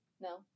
No